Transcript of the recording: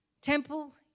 temple